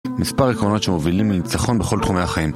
מספר עקרונות שמובילים לניצחון בכל תחומי החיים